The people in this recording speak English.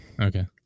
Okay